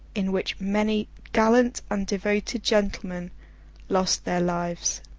in which many gallant and devoted gentlemen lost their lives.